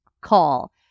call